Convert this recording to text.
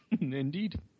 indeed